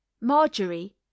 Marjorie